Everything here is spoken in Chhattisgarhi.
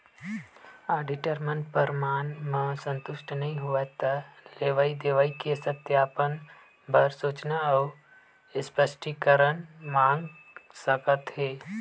आडिटर मन परमान म संतुस्ट नइ होवय त लेवई देवई के सत्यापन बर सूचना अउ स्पस्टीकरन मांग सकत हे